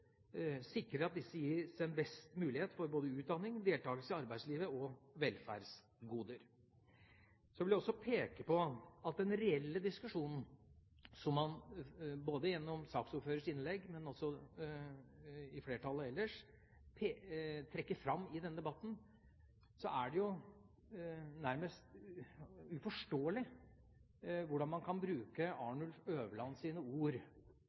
at disse gis den beste mulighet for både utdanning, deltakelse i arbeidslivet og velferdsgoder. Jeg vil også peke på at når det gjelder den reelle diskusjonen, som man gjennom saksordførerens innlegg – og flertallet ellers – trekker fram i denne debatten, er det nærmest uforståelig hvordan man kan bruke Arnulf Øverlands ord